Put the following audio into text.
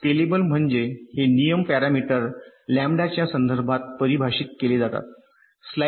scalable म्हणजे हे नियम पॅरामीटर लॅम्ब्डाच्या संदर्भात परिभाषित केले जातात